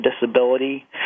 disability